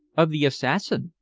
of the assassin.